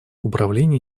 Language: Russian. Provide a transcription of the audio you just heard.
управление